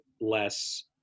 less